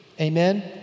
Amen